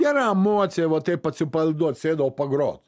gera emocija vat taip atsipalaiduot sėdau pagrot